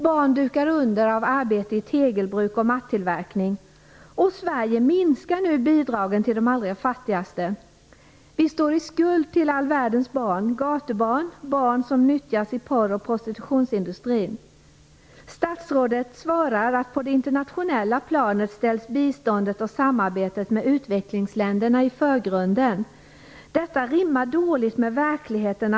Barn dukar under av arbete i tegelbruk och mattillverkning. Sverige minskar nu bidragen till de allra fattigaste. Vi står i skuld till världens barn, gatubarn och barn som nyttjas i porr och prostitutionsindustrin. Statsrådet svarar att på det internationella planet ställs biståndet och samarbetet med utvecklingsländerna i förgrunden. Detta rimmar dåligt med verkligheten.